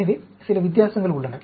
எனவே சில வித்தியாசங்கள் உள்ளன